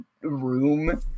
room